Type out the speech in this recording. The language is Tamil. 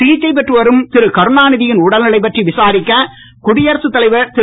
சிகிச்சை பெற்றுவரும் திருகருணாநிதியின் உடல்நிலை பற்றி விசாரிக்க குடியரசுத் தலைவர் திரு